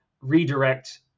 redirect